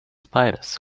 spiders